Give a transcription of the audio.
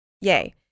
yay